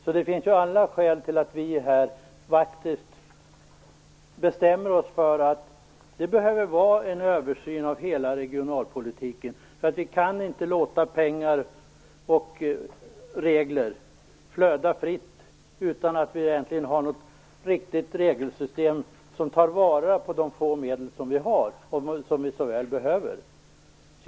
Därför finns det alla skäl för att här bestämma oss för att en översyn av hela regionalpolitiken behöver göras. Vi kan inte låta pengar och regler flöda fritt utan att ha något riktigt regelsystem som tar vara på de få medel som vi har och som vi så väl behöver.